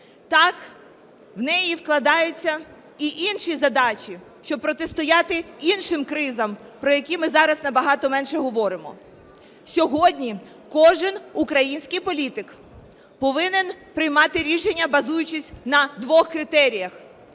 Так, в неї вкладаються і інші задачі, щоб протистояти іншим кризам, про які ми зараз набагато менше говоримо. Сьогодні кожен український політик повинен приймати рішення, базуючись на двох критеріях.